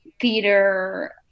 theater